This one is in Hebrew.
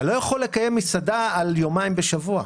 אתה לא יכול לקיים מסעדה על יומיים בשבוע.